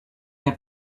der